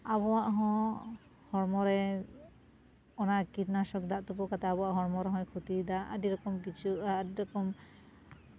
ᱟᱵᱚᱣᱟᱜ ᱦᱚᱸ ᱦᱚᱲᱢᱚᱨᱮ ᱚᱱᱟ ᱠᱤᱴᱱᱟᱥᱚᱠ ᱫᱟᱜ ᱛᱩᱯᱩ ᱠᱟᱛᱮᱫ ᱟᱵᱚᱣᱟᱜ ᱦᱚᱲᱢᱚ ᱨᱮᱦᱚᱸᱭ ᱠᱷᱚᱛᱤᱭᱮᱫᱟ ᱟᱹᱰᱤ ᱨᱚᱠᱚᱢ ᱠᱤᱪᱷᱩ ᱟᱨ